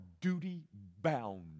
duty-bound